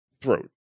throat